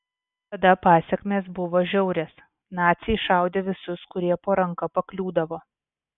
tada pasekmės buvo žiaurios naciai šaudė visus kurie po ranka pakliūdavo